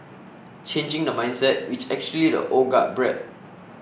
changing the mindset which actually the old guard bred